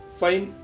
fine